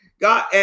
God